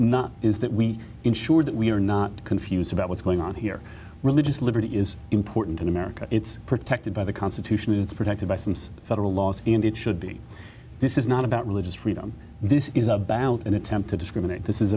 not is that we ensure that we are not confused about what's going on here religious liberty is important in america it's protected by the constitution and it's protected by some federal laws and it should be this is not about religious freedom this is about an attempt to discriminate this is